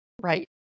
right